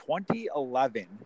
2011